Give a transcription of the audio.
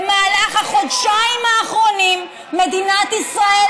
במהלך החודשיים האחרונים מדינת ישראל